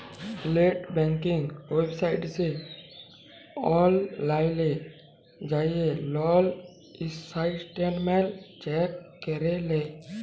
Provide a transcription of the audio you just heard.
late banking ওয়েবসাইটে অললাইল যাঁয়ে লল ইসট্যাটমেল্ট চ্যাক ক্যরে লেই